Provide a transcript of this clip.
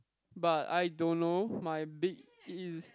but I don't know my bed is